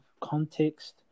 context